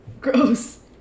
Gross